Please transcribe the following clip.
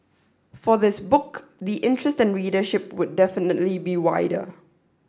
for this book the interest and readership would definitely be wider